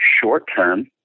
short-term